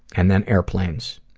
and then airplanes.